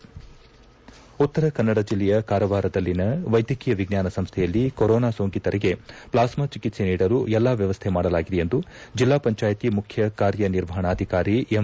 corona ಜಿಲ್ಲೆಗಳು ಉತ್ತರ ಕನ್ನಡ ಜಿಲ್ಲೆಯ ಕಾರವಾರದಲ್ಲಿನ ವೈದ್ಯಕೀಯ ವಿಜ್ವಾನ ಸಂಸ್ಥೆಯಲ್ಲಿ ಕೊರೊನಾ ಸೋಂಕಿತರಿಗೆ ಪ್ಲಾಸ್ಮಾ ಚಿಕಿತ್ಸೆ ನೀಡಲು ಎಲ್ಲಾ ವ್ಲವಸ್ಥೆ ಮಾಡಲಾಗಿದೆ ಎಂದು ಜೆಲ್ಲಾ ಪಂಚಾಯಿತಿ ಮುಖ್ಯ ಕಾರ್ಯನಿರ್ವಾಹಣಾಧಿಕಾರಿ ಎಂ